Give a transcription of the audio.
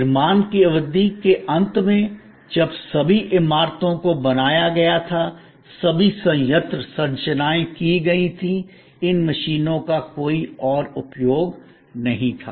निर्माण की अवधि के अंत में जब सभी इमारतों को बनाया गया था सभी संयंत्र संरचनाएं की गई थीं इन मशीनों का कोई और उपयोग नहीं था